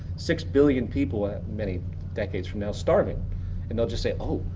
six billion people, and many decades from now, starving and they'll just say oh,